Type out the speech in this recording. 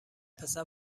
پسر